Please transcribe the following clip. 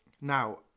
Now